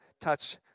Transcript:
touch